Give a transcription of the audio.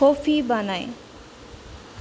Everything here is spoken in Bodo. कफि बानाय